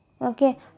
Okay